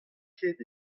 ket